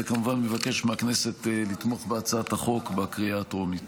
וכמובן מבקש מהכנסת לתמוך בהצעת החוק בקריאה הטרומית.